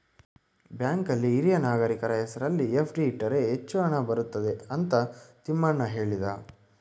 ಬ್ಯಾಂಕಲ್ಲಿ ಹಿರಿಯ ನಾಗರಿಕರ ಹೆಸರಿನಲ್ಲಿ ಎಫ್.ಡಿ ಇಟ್ಟರೆ ಹೆಚ್ಚು ಬಡ್ಡಿ ಬರುತ್ತದೆ ಅಂತ ತಿಮ್ಮಣ್ಣ ಹೇಳಿದ